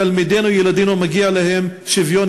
תלמידינו, ילדינו, מגיע להם שוויון